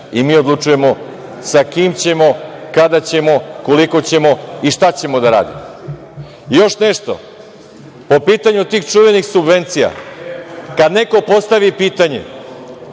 i mi odlučujemo sa kim ćemo, kada ćemo, koliko ćemo i šta ćemo da radimo. Još nešto, po pitanju tih čuvenih subvencija, kada neko postavi pitanje,